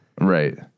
Right